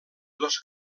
dos